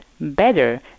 better